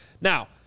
Now